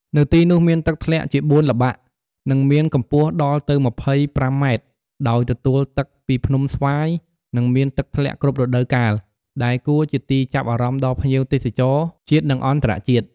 នៅទីនោះមានទឹកធ្លាក់ជាបួនល្បាក់ និងមានកម្ពស់ដល់ទៅម្ភៃប្រាំម៉ែត្រដោយទទួលទឹកពីភ្នំស្វាយនិងមានទឹកធ្លាក់គ្រប់រដូវកាលដែលគួរជាទីចាប់អារម្មណ៍ដល់ភ្ញៀវទេសចរជាតិនិងអន្តរជាតិ។